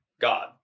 God